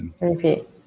Repeat